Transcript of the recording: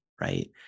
right